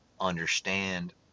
understand